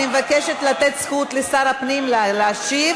אני מבקשת לתת זכות לשר הפנים להשיב,